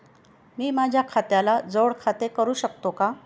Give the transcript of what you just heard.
मी माझ्या खात्याला जोड खाते करू शकतो का?